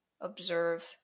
Observe